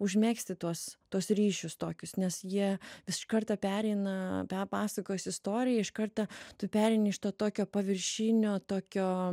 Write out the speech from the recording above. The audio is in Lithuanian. užmegzti tuos tuos ryšius tokius nes jie iš karto pereina be pasakos istoriją iš karto tu pereini iš to tokio paviršinio tokio